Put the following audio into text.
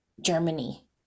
Germany